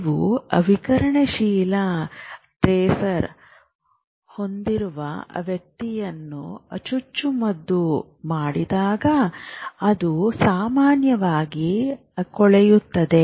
ನೀವು ವಿಕಿರಣಶೀಲ ಟ್ರೇಸರ್ ಹೊಂದಿರುವ ವ್ಯಕ್ತಿಯನ್ನು ಚುಚ್ಚುಮದ್ದು ಮಾಡಿದಾಗ ಅದು ಸಾಮಾನ್ಯವಾಗಿ ಕೊಳೆಯುತ್ತದೆ